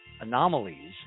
anomalies